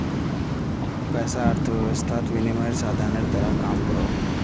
पैसा अर्थवैवस्थात विनिमयेर साधानेर तरह काम करोहो